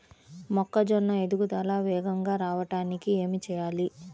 మొక్కజోన్న ఎదుగుదల వేగంగా రావడానికి ఏమి చెయ్యాలి?